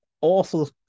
awful